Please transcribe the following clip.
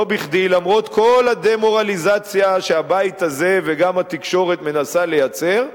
למרות כל הדמורליזציה שהבית הזה וגם התקשורת מנסים לייצר,